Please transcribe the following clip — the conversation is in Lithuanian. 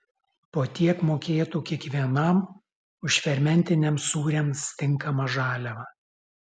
po tiek mokėtų kiekvienam už fermentiniams sūriams tinkamą žaliavą